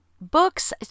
books